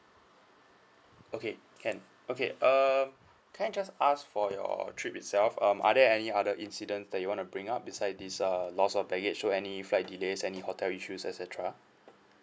okay can okay err can I just ask for your trip itself um are there any other incident that you want to bring up beside this err lost of baggage so any flight delays any hotel issues et cetera